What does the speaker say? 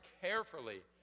carefully